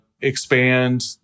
expand